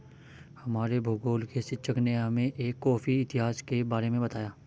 हमारे भूगोल के शिक्षक ने हमें एक कॉफी इतिहास के बारे में बताया